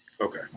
Okay